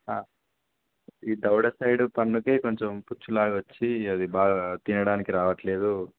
ఈ దవడ సైడ్ పన్నుకే కొంచెం పుచ్చులాగ వచ్చి అది బాగా తినడానికి రావట్లేదు